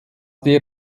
der